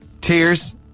tears